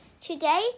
Today